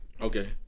okay